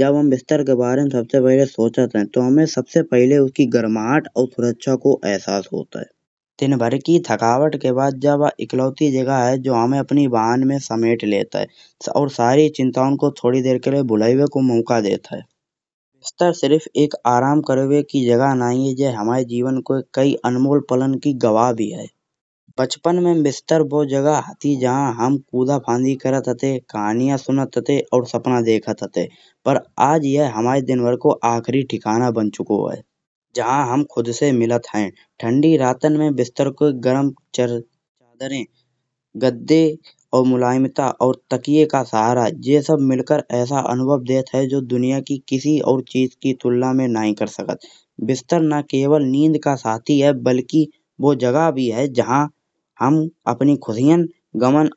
जब बिस्तर के बारे में सबसे पहिले सोचत है तो हुमे सबसे पहिले उसकी गरमाहट और सुरक्षा को अहसास होत है। दिनभर की थकावट के बाद जा बा इक्लौती जगह है। जो हुमे अपनी बहन में समेट लेत है और सारी चिंताओं को थोड़ी देर को भुलावे को मौका देत है। बिस्तर सिर्फ एक आराम करने की जगह नाई है। जे हुमाए जीवन को कई अनमोल पलन की गवाह भी है बचपन में बिस्तर वो जगह वो हति। जहाँ हम कुन्दा फांदी करत हते कहानियाँ सुनत हते और सपना देखत हते। पर आज ये हुमाए दिनभर को आखिरी ठिकाना बन चुको है जहाँ हम खुद से मिलत है। ठंडी रातन में बिस्तर को गरम चद्दरें गद्दे। और मुलायमता और तकिए का सहारा जे सब मिलकर ऐसा अनुभव देत है जो दुनिया की किसी और चीज की तुलना में नाई कर सकत। बिस्तर न केवल नींद का साथी है बल्कि ये वो जगह भी है। जहाँ अपनी खुशियाँ और गमन्